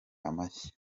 amashyi